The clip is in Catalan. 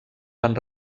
van